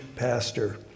pastor